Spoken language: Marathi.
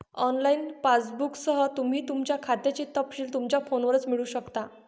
ऑनलाइन पासबुकसह, तुम्ही तुमच्या खात्याचे तपशील तुमच्या फोनवरच मिळवू शकता